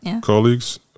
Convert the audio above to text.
colleagues